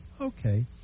Okay